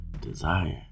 desire